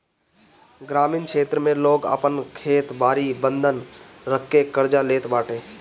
ग्रामीण क्षेत्र में लोग आपन खेत बारी बंधक रखके कर्जा लेत बाटे